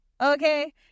Okay